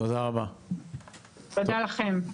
תודה לכם.